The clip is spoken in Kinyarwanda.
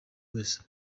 wese